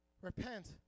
repent